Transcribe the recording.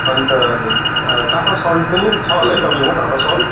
अन्त टाटा सल्ट पनि छ होला है तपाईँकोमा टाटा सल्ट